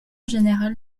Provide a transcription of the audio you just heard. général